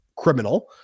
criminal